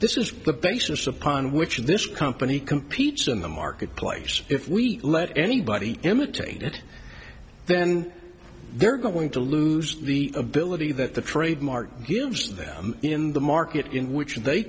this is the basis upon which this company competes in the marketplace if we let anybody imitate it then they're going to lose the ability that the trademark gives them in the market in which they